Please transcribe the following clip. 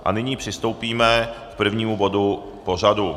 A nyní přistoupíme k prvnímu bodu pořadu.